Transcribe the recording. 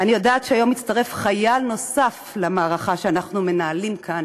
אני יודעת שהיום מצטרף חייל נוסף למערכה שאנו מנהלים כאן